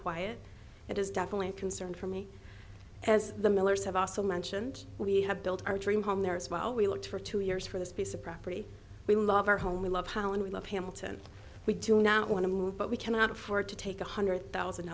quiet it is definitely a concern for me as the millers have also mentioned we have built our dream home there as well we looked for two years for this piece of property we love our home we love holland we love him alton we do not want to move but we cannot afford to take a hundred thousand